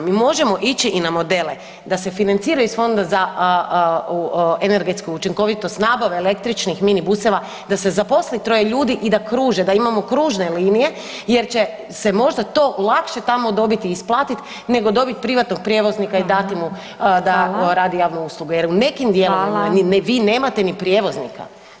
Mi možemo ići i na modele da se financira iz Fonda za energetsku učinkovitost nabave električnih mini buseva, da se zaposli troje ljudi i da kruže, da imamo kružne linije jer će se možda to lakše tamo dobiti i isplatiti nego dobiti privatnog prijevoznika i dati mu da radi javnu uslugu [[Upadica Glasovac: Hvala vam.]] Jer u nekim dijelovima vi nemate ni prijevoznika.